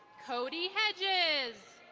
cody hedges.